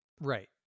Right